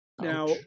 Now